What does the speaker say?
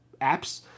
apps